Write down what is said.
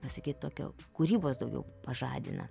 pasakyt tokio kūrybos daugiau pažadina